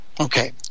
Okay